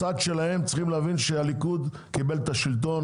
הצד שלהם צריך להבין שהליכוד קיבל את השלטון